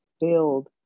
build